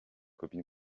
copine